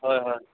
হয় হয়